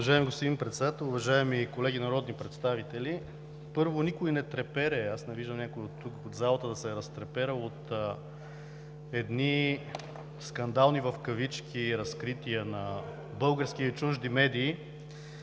Уважаеми господин Председател, уважаеми колеги народни представители! Първо, никой не трепери, аз не виждам някой тук в залата да се е разтреперил от едни скандални, в кавички, разкрития на български и чужди медии,